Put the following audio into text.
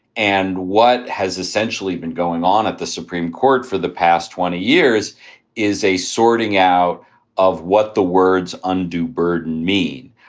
and what has essentially been going on at the supreme court for the past twenty years is a sorting out of what the words undue burden mean.